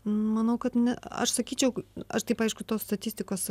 manau kad ne aš sakyčiau aš taip aišku tos statistikos